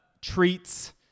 treats